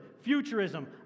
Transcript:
futurism